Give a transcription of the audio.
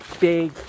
Big